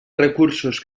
recursos